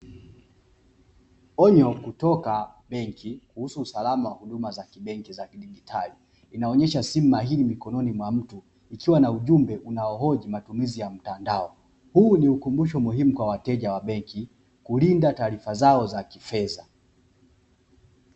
Onyo kutoka benki kuhusu usalama wa huduma za kibenki za kidijitali, inaonyesha simu mahili mikononi mwa mtu ukiwa na ujumbe unaohoji matumizi ya mtandao, huu ni ukumbusho muhimu kwa wateja wa benki kulinda taarifa zao za kifedha.